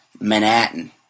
Manhattan